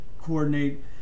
coordinate